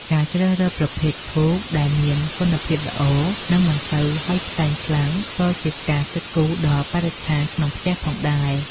ការជ្រើសរើសប្រភេទធូបដែលមានគុណភាពល្អ និងមិនសូវហុយផ្សែងខ្លាំងក៏ជាការគិតគូរដល់បរិស្ថានក្នុងផ្ទះផងដែរ។